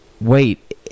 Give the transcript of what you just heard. wait